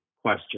question